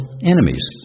enemies